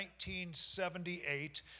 1978